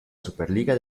superliga